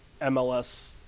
MLS